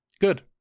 Good